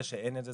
זה שאין את זה,